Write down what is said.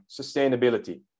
sustainability